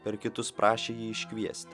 per kitus prašė jį iškviesti